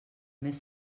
mes